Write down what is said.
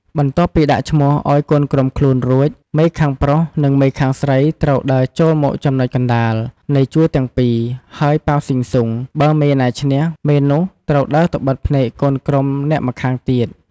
បន្ទាប់ពីដាក់ឈ្មោះឲ្យកូនក្រុមខ្លួនរួច មេខាងប្រុងនិងមេខាងស្រីត្រូវដើរចូលមកចំណុចកណ្ដាលនៃជួរទាំងពីរ ហើយប៉ាវស៊ីស៊ុង បើមេណាឈ្នះ មេនោះត្រូវដើរទៅបិទភ្នែកកូនក្រុមអ្នកម្ខាងទៀត។